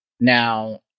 Now